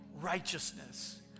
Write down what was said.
righteousness